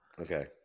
Okay